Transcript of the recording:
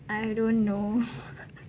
I dont know